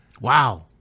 Wow